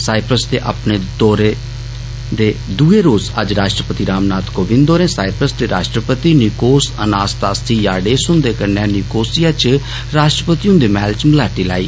Cyprus दे अपने दौरे दे दुए रोज़ अज्ज राष्ट्रपति राम नाथ कोविन्द होरें सायप्रस दे राष्ट्रपति निकोस अनास तासी याडेस हुन्दे ने 'निकोसिया' च राष्ट्रपति हुन्दे महल च मलाटी कीती